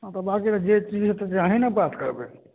हँ तऽ बाँकी तऽ जे चीज हेतै से अहीँ ने बात करबै